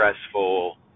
stressful